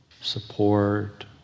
support